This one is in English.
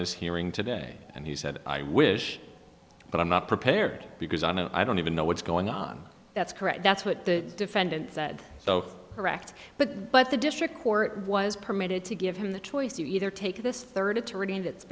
this hearing today and he said i wish but i'm not prepared because i don't even know what's going on that's correct that's what the defendant said so correct but but the district court was permitted to give him the choice to either take this third to retain that's